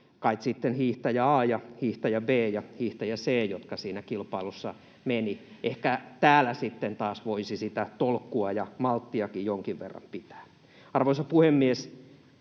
kait sitten hiihtäjä A ja hiihtäjä B ja hiihtäjä C, jotka siinä kilpailussa menivät. Ehkä täällä sitten taas voisi sitä tolkkua ja malttiakin jonkin verran pitää. Arvoisa puhemies!